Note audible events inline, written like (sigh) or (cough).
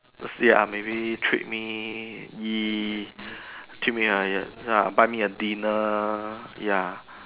ya maybe treat me eat (breath) treat me buy me a dinner ya